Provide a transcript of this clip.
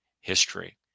history